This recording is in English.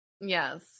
yes